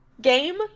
game